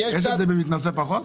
יש את זה במתנשא פחות?